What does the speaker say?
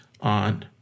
on